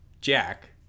Jack